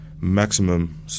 maximum